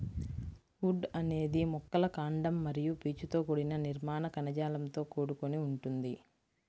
would అనేది మొక్కల కాండం మరియు పీచుతో కూడిన నిర్మాణ కణజాలంతో కూడుకొని ఉంటుంది